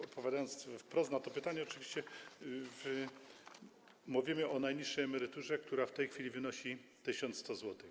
Odpowiadając wprost na to pytanie - oczywiście mówimy o najniższej emeryturze, która w tej chwili wynosi 1100 zł.